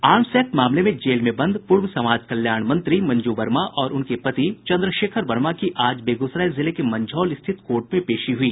arms Act मामले में jail में बंद पूर्व समाज कल्याण मंत्री मंजू वर्मा और उनके पति चन्द्रशेखर वर्मा की आज बेगूसराय जिले के मंझौल स्थित कोर्ट में पेशी हुई